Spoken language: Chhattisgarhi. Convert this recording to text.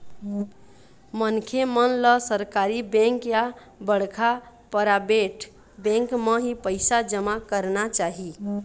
मनखे मन ल सरकारी बेंक या बड़का पराबेट बेंक म ही पइसा जमा करना चाही